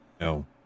No